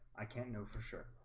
i can't know for sure